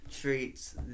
Treats